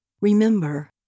Remember